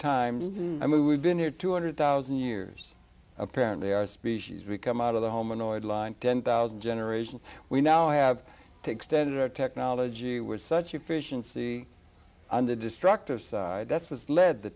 times i mean we've been here two hundred thousand years apparently our species become out of the home annoyed line ten thousand generations we now have to extend our technology was such a fish and see on the destructive side that's what's led t